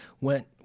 went